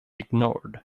ignored